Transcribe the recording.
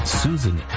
susan